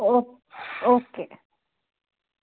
ओ okay